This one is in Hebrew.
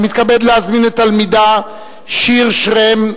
אני מתכבד להזמין את התלמידה שיר שרם,